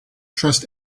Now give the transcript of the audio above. trust